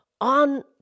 on